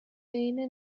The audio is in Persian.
عینه